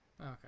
Okay